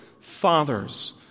Fathers